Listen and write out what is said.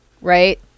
right